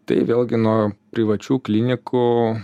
tai vėlgi nuo privačių klinikų